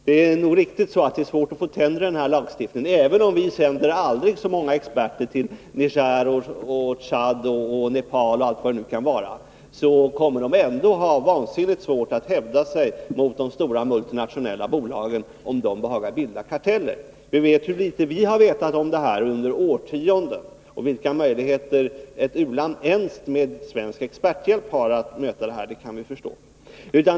Det är nog riktigt att det är svårt att få tänder i lagstiftningen. Även om vi sänder aldrig så många experter till Niger, Tchad och Nepal och allt vad det nu kan vara, kommer dessa länder ändå att ha vansinnigt svårt att hävda sig mot de stora multinationella bolagen, om dessa behagar bilda karteller. Vi vet nu hur litet vi känt till om sådant här under årtionden. Vilka möjligheter ett u-land har att sätta någonting emot, ens med svensk experthjälp, kan vi förstå.